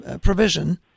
provision